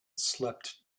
slept